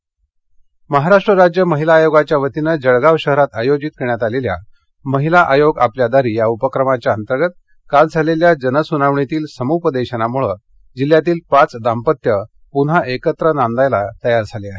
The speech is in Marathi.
महिला आयोग जळगाव महाराष्ट्र राज्य महिला आयोगाच्या वतीनं जळगाव शहरात आयोजित करण्यात आलेल्या महिला आयोग आपल्या दारी या उपक्रमातंर्गत काल झालेल्या जनसुनावणीतील समृपदेशनामुळं जिल्ह्यातील पाच दांपत्य पुन्हा एकत्र नांदावयास तयार झाली आहेत